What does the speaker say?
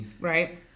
right